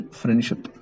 friendship